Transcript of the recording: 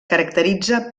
caracteritza